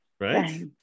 right